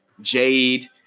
Jade